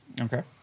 Okay